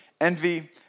envy